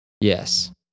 Yes